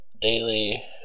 daily